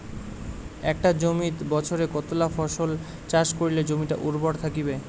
একটা জমিত বছরে কতলা ফসল চাষ করিলে জমিটা উর্বর থাকিবে?